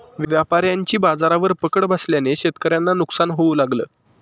व्यापाऱ्यांची बाजारावर पकड बसल्याने शेतकऱ्यांना नुकसान होऊ लागलं